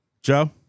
Joe